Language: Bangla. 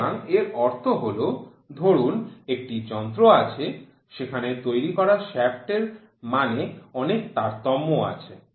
সুতরাং এর অর্থ হল ধরুন একটি যন্ত্র আছে সেখানে তৈরি করা শ্যাফ্ট এর মানগুলোতে অনেক তারতম্য রয়েছে